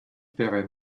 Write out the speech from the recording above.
paieraient